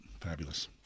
Fabulous